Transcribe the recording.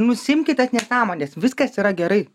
nusiimkit nesąmones viskas yra gerai